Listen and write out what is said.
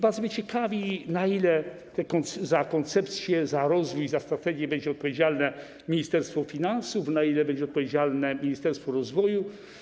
Bardzo mnie ciekawi, na ile za koncepcje, za rozwój, za strategię będzie odpowiedzialne Ministerstwo Finansów, a na ile będzie odpowiedzialne ministerstwo rozwoju.